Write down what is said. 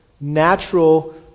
natural